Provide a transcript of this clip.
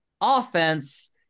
offense